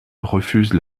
refuse